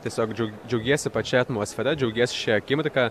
tiesiog džiau džiaugiesi pačia atmosfera džiaugiesi šia akimirka